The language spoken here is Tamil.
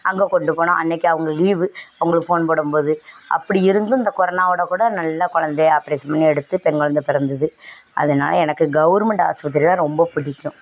அங்கே கொண்டு போனால் அன்றைக்கி அவங்க லீவு அவங்களுக்கு ஃபோன் போடும் போது அப்படி இருந்தும் இந்த கொரனாவோடு கூட நல்லா கொழந்தைய ஆப்ரேஷன் பண்ணி எடுத்து பெண் குழந்த பிறந்துது அதனால் எனக்கு கவர்மெண்ட் ஆஸ்பத்திரி தான் ரொம்ப பிடிக்கும்